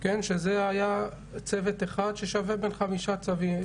שזה היה צוות אחד ששווה בין חמישה צוותים.